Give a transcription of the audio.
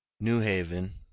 new haven,